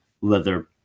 leather